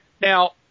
Now